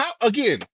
again